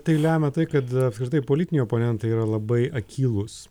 tai lemia tai kad apskritai politiniai oponentai yra labai akylūs